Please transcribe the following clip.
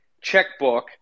checkbook